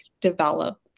develop